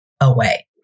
away